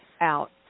out